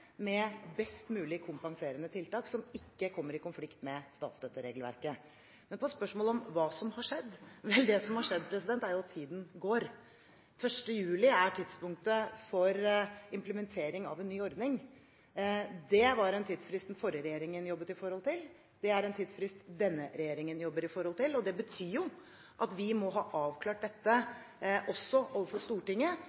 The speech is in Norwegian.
med best mulig kompenserende tiltak som ikke kommer i konflikt med statsstøtteregelverket. På spørsmålet om hva som har skjedd, er svaret at det som har skjedd, er at tiden går. 1. juli er tidspunktet for implementering av en ny ordning. Det var en tidsfrist den forrige regjeringen forholdt seg til; det er en tidsfrist denne regjeringen forholder seg til. Det betyr at vi må ha avklart